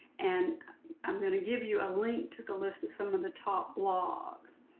and i'm going to give you a link to the list of some of the top blogs,